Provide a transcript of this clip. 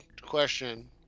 question